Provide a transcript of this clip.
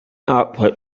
output